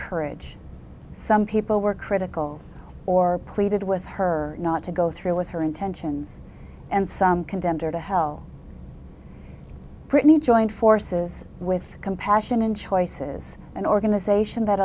courage some people were critical or pleaded with her not to go through with her intentions and some condemned her to hell pretty joined forces with compassion and choices an organization that